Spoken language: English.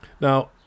now